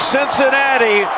Cincinnati